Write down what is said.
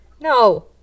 No